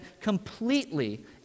completely